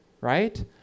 right